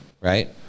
right